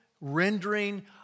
rendering